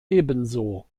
ebenso